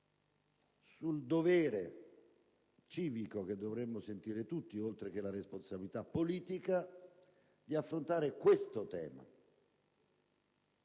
sul dovere civico che dovremmo sentire tutti, oltre che sulla responsabilità politica di affrontare questo tema.